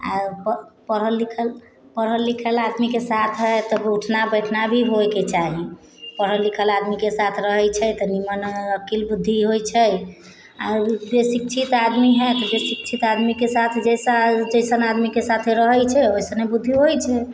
आओर पढ़ल लिखल आदमीके साथ हइ तऽ उठना बैठना भी होइके चाही पढ़ल लिखल आदमीके साथ रहै छै तऽ नीमन अकिल बुद्धि होइ छै जे शिक्षित आदमी हइ तऽ जे शिक्षित आदमीके साथ जैसा जइसन आदमीके साथ रहै छै वइसने बुद्धि होइ छै